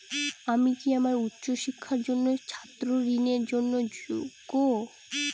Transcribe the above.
আমি কি আমার উচ্চ শিক্ষার জন্য ছাত্র ঋণের জন্য যোগ্য?